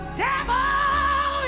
devil